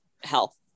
health